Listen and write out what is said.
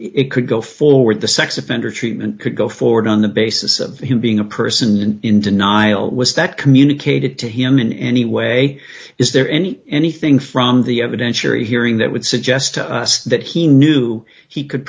it could go forward the sex offender treatment could go forward on the basis of being a person in denial was that communicated to him in any way is there any anything from the evidentiary hearing that would suggest to us that he knew he could